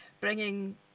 bringing